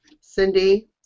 Cindy